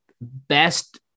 best